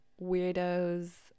weirdos